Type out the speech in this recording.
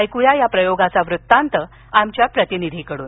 ऐकूया या प्रयोगाचा वृत्तांत आमच्या प्रतिनिधीकडून